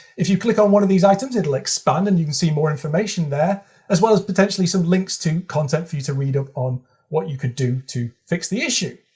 if you click on one of these items, it'll expand, and you can see more information there as well as potentially some links to content for you to read up on what you could do to fix the issue.